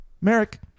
Merrick